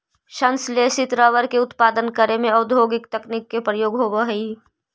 संश्लेषित रबर के उत्पादन करे में औद्योगिक तकनीक के प्रयोग होवऽ हइ